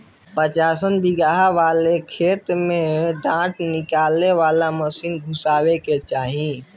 पचासन बिगहा वाले खेत में डाँठ निकाले वाला मशीन के घुसावे के चाही